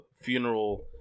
funeral